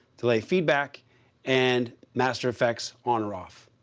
delay, feedback and master fx on or off.